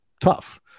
tough